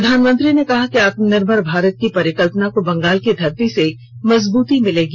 प्रधानमंत्री ने कहा कि आत्मनिर्भर भारत की परिकल्पना को बंगाल की धरती से मजबूती मिलेगी